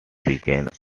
begins